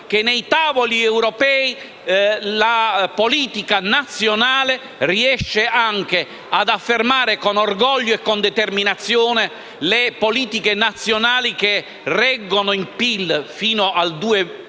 che, nei tavoli europei, la politica nazionale riesce ad affermare, con orgoglio e determinazione, le politiche nazionali che reggono il PIL fino al 2,5